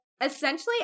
essentially